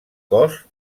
cos